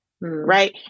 right